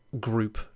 group